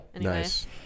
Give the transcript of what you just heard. Nice